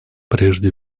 прежде